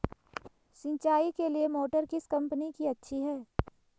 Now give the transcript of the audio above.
सिंचाई के लिए मोटर किस कंपनी की अच्छी है?